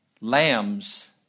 lambs